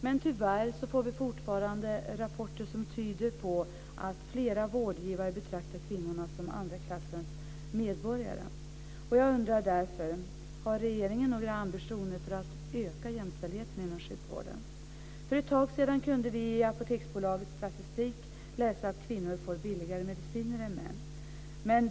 Men tyvärr får vi fortfarande rapporter som tyder på att flera vårdgivare betraktar kvinnorna som andra klassens medborgare. För ett tag sedan kunde vi i Apoteksbolagets statistik läsa att kvinnor får billigare mediciner än män.